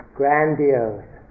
grandiose